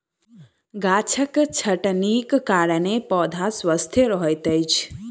गाछक छटनीक कारणेँ पौधा स्वस्थ रहैत अछि